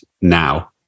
now